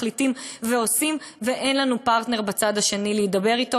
מחליטים ועושים ואין לנו פרטנר בצד השני להידבר אתו,